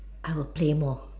I will play more